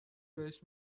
بهش